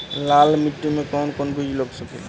लाल मिट्टी में कौन कौन बीज लग सकेला?